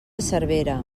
cervera